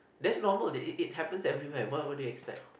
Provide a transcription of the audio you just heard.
that's normal it it happens everywhere what what do you expect